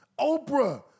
Oprah